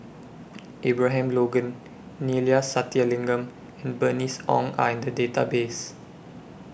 Abraham Logan Neila Sathyalingam and Bernice Ong Are in The Database